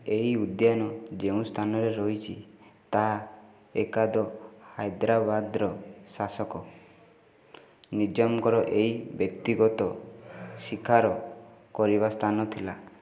ଏହି ଉଦ୍ୟାନ ଯେଉଁ ସ୍ଥାନରେ ରହିଛି ତାହା ଏକଦା ହାଇଦ୍ରାବାଦର ଶାସକ ନିଜାମଙ୍କର ଏହି ବ୍ୟକ୍ତିଗତ ଶିକାର କରିବା ସ୍ଥାନ ଥିଲା